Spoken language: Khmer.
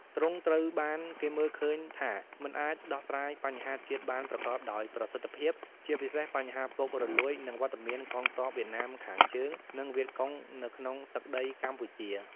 ទ្រង់ត្រូវបានគេមើលឃើញថា មិនអាចដោះស្រាយបញ្ហាជាតិបានប្រកបដោយប្រសិទ្ធភាព ជាពិសេសបញ្ហាពុករលួយ និងវត្តមានកងទ័ពវៀតណាមខាងជើង និងវៀតកុងនៅក្នុងទឹកដីកម្ពុជា។